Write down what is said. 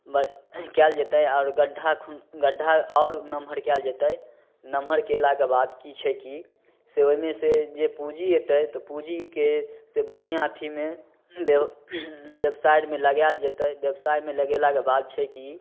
कएल जेतै आओर गड्ढ़ा खुनि गड्ढ़ा आओर नमहर कएल जेतै नमहर कएलाके बाद कि छै कि से ओहिमे से जे पूँजी अएतै तऽ पूँजीके से बढ़िआँ अथीमे बेव बेवसाइमे लगाएल जेतै बेवसाइमे लगेलाके बाद छै कि